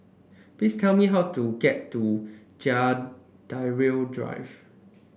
please tell me how to get to Drive